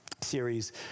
series